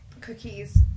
cookies